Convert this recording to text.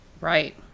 Right